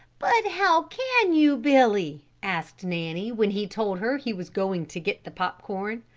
but how can you, billy? asked nanny, when he told her he was going to get the pop-corn.